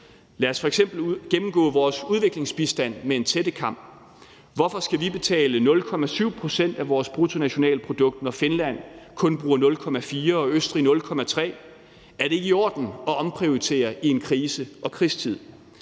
Lad os f.eks. gennemgå vores udviklingsbistand med en tættekam. Hvorfor skal vi betale 0,7 pct. af vores bruttonationalprodukt, når Finland kun bruger 0,4 og Østrig 0,3 pct.? Er det ikke i orden at omprioritere i en krise- og krigstid?